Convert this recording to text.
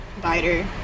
Biter